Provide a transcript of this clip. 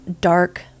dark